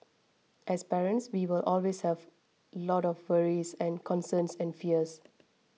as parents we will always have lot of worries and concerns and fears